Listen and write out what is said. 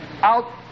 out